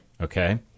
Okay